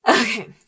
Okay